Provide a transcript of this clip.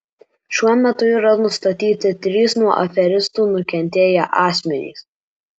šiuo metu yra nustatyti trys nuo aferistų nukentėję asmenys